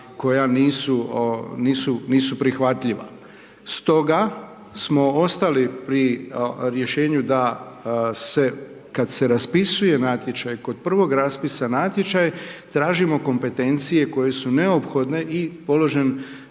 koja nisu prihvatljiva. Stoga smo ostali pri rješenju da kada se raspisuje natječaj, kod prvog raspisa natječaj tražimo kompetencije koje su neophodne i položen